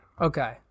Okay